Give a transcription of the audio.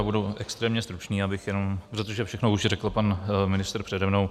Budu extrémně stručný, protože všechno už řekl pan ministr přede mnou.